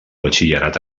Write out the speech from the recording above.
batxillerat